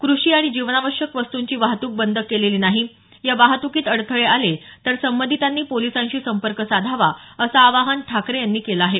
कृषी आणि जीवनावश्यक वस्तूंची वाहतूक बंद केलेली नाही या वाहतुकीत अडथळे आले तर संबंधितांनी पोलिसांशी संपर्क साधावा असं आवाहन ठाकरे यांनी केलं आहे